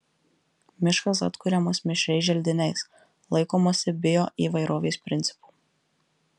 miškas atkuriamas mišriais želdiniais laikomasi bioįvairovės principų